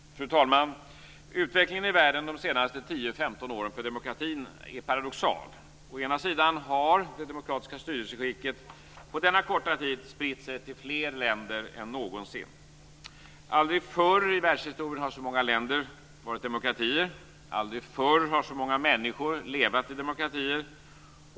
Fru talman! Utvecklingen i världen de senaste 10 15 åren för demokratin är paradoxal. Å ena sidan har det demokratiska styrelseskicket på denna korta tid spritt sig till fler länder än någonsin. Aldrig förr i världshistorien har så många länder varit demokratier. Aldrig förr har så många människor levat i demokratier.